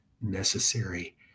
necessary